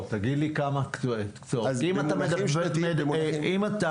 אם אתה